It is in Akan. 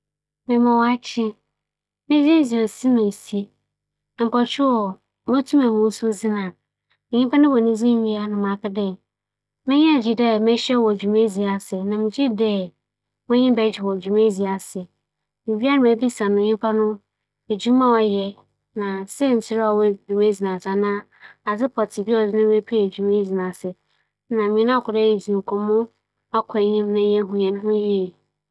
Sɛ mokͻ apontu kɛse bi ase na muhu obi a mepɛ dɛ menye no kasa muhu no yie a, ma ͻbɛyɛ nye dɛ, sɛ muhu dɛ ͻtse hͻ a, medze me nsa bͻkͻ akɛtsena ne nkyɛn na ogudo a ͻronom no, mebɛka serew tadwe kor akyerɛ no ma ͻaserew na ͻno ekyir no m'abͻ me dzin akyerɛ no. ͻno fi hͻ a mebebisa ne dzin na ͻka kyerɛ me a, hͻ no na mebebisa no nsɛm dze ehu beebi a ofi n'adze.